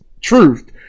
truth